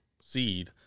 seed